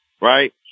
right